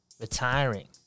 Retiring